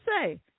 say